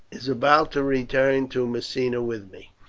is about to return to messina with me,